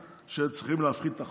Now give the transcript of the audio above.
שצריכים להפחית את החוב,